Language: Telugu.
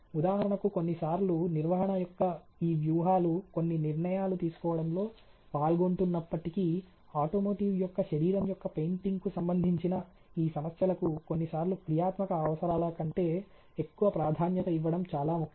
ఉదాహరణకు కొన్నిసార్లు నిర్వహణ యొక్క ఈ వ్యూహాలు కొన్ని నిర్ణయాలు తీసుకోవడంలో పాల్గొంటున్నప్పటికీ ఆటోమోటివ్ యొక్క శరీరం యొక్క పెయింటింగ్కు సంబంధించిన ఈ సమస్యలకు కొన్నిసార్లు క్రియాత్మక అవసరాల కంటే ఎక్కువ ప్రాధాన్యత ఇవ్వడం చాలా ముఖ్యం